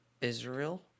Israel